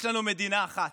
יש לנו מדינה אחת,